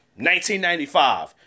1995